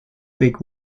big